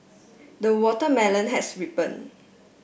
the watermelon has ripen